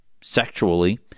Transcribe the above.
sexually